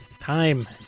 time